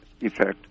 effect